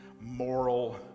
moral